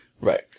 Right